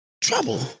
trouble